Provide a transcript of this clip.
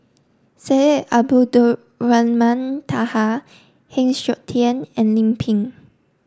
Syed Abdulrahman Taha Heng Siok Tian and Lim Pin